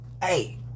Hey